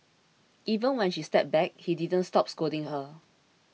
even when she stepped back he didn't stop scolding her